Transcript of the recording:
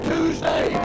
Tuesday